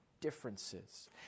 differences